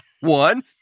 One